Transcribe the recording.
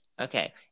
Okay